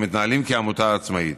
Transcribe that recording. המתנהל כעמותה עצמאית.